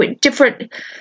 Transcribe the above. Different